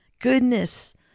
Goodness